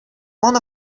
one